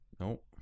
Nope